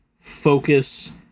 focus